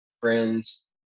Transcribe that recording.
friends